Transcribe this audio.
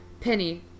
Penny